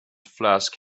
flask